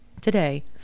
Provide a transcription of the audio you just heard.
today